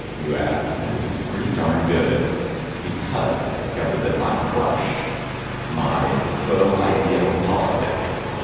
you ask. my week was pretty darn good because i discovered that my crush my beau ideal of politics